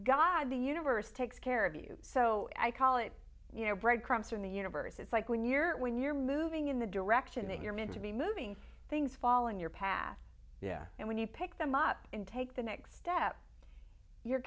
god the universe takes care of you so i call it you know breadcrumbs in the universe it's like when you're when you're moving in the direction that you're meant to be moving things following your path yeah and when you pick them up and take the next step you're